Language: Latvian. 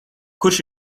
kurš